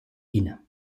inne